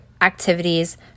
activities